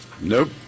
Nope